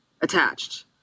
attached